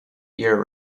year